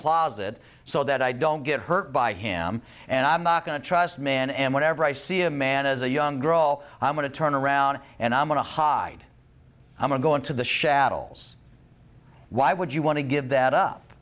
closet so that i don't get hurt by him and i'm not going to trust man and whenever i see a man as a young girl i'm going to turn around and i'm going to hide i'm going to the shadow why would you want to give that up